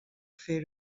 fer